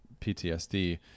ptsd